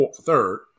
third